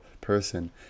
person